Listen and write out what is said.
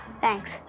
Thanks